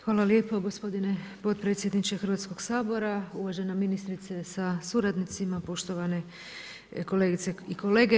Hvala lijepo gospodine potpredsjedniče Hrvatskog sabora, uvažena ministrice sa suradnicima, poštovane kolegice i kolege.